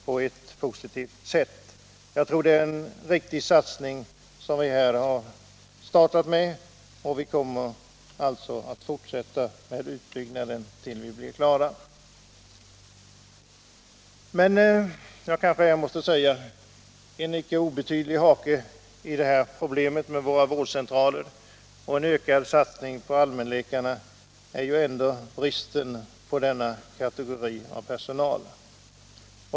Jag tror att vi har gjort en riktig satsning, och vi kommer därför att fortsätta med utbyggnaden tills vi är klara. Men jag skall kanske nämna att bristen på bl.a. allmänläkare är en icke obetydlig hake.